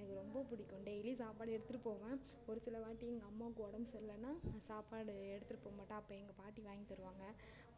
எனக்கு ரொம்ப பிடிக்கும் டெய்லி சாப்பாடு எடுத்துகிட்டு போவேன் ஒரு சிலவாட்டி எங்கள் அம்மாவுக்கு உடம்பு சரியில்லன்னா நான் சாப்பாடு எடுத்துகிட்டு போகமாட்டேன் அப்போ எங்க பாட்டி வாங்கி தருவாங்க